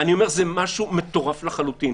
זה משהו מטורף לחלוטין.